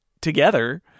together